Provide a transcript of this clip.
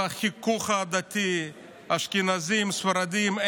החיכוך העדתי, אשכנזים וספרדים.